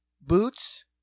boots